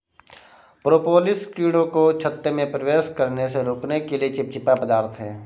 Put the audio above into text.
propolis कीड़ों को छत्ते में प्रवेश करने से रोकने के लिए चिपचिपा पदार्थ है